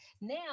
Now